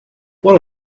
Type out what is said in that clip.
what